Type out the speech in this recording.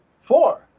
Four